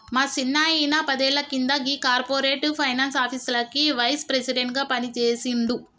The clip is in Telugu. మా సిన్నాయిన పదేళ్ల కింద గీ కార్పొరేట్ ఫైనాన్స్ ఆఫీస్లకి వైస్ ప్రెసిడెంట్ గా పనిజేసిండు